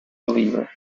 believer